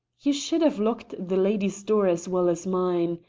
you should have locked the lady's door as well as mine.